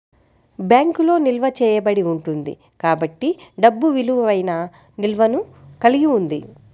బ్యాంకులో నిల్వ చేయబడి ఉంటుంది కాబట్టి డబ్బు విలువైన నిల్వను కలిగి ఉంది